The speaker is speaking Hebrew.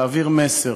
להעביר מסר